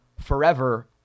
forever